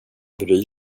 bryr